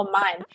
mind